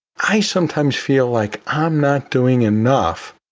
i sometimes feel like um not doing enough,